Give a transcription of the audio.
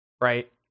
right